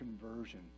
conversion